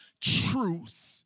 truth